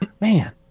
man